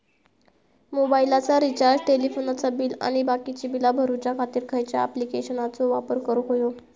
मोबाईलाचा रिचार्ज टेलिफोनाचा बिल आणि बाकीची बिला भरूच्या खातीर खयच्या ॲप्लिकेशनाचो वापर करूक होयो?